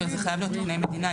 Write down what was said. שזה חייב להיות עובד מדינה.